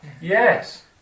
Yes